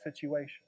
situation